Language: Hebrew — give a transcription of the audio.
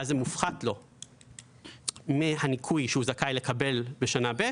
זה מופחת לו מהניכוי שהוא זכאי לקבל מהניכוי שהוא זכאי לקבל בשנה ב',